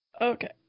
Okay